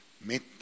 met